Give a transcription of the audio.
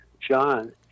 John